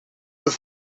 een